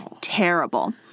Terrible